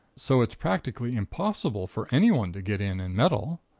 so it's practically impossible for anyone to get in and meddle.